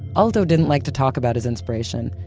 aalto didn't like to talk about his inspiration.